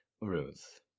Ruth